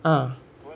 ah